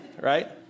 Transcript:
right